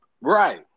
Right